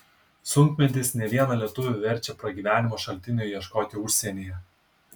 sunkmetis ne vieną lietuvį verčia pragyvenimo šaltinio ieškoti užsienyje